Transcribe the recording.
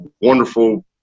wonderful